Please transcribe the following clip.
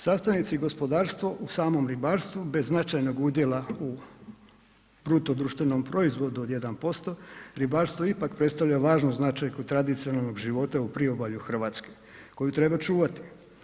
Sastavnici gospodarstvo u samom ribarstvu bez značajnog udjela u BDP-u od 1%, ribarstvo ipak predstavlja važnu značajku tradicionalnog života u priobalju Hrvatske koji treba čuvati.